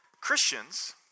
Christians